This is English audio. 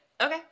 okay